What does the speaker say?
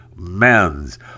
men's